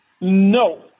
No